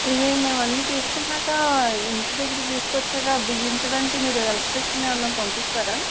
ఇవి మేము అన్ని తీసుకున్నాక ఇంటి దగ్గర తీసుకువచ్చాక బిగించడానికి మీరు ఎలక్ట్రీషియన్ ని ఏమన్నా పంపిస్తారా